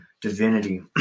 Divinity